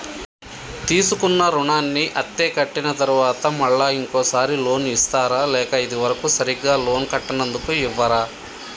తీసుకున్న రుణాన్ని అత్తే కట్టిన తరువాత మళ్ళా ఇంకో సారి లోన్ ఇస్తారా లేక ఇది వరకు సరిగ్గా లోన్ కట్టనందుకు ఇవ్వరా?